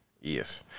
yes